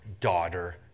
daughter